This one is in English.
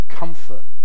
comfort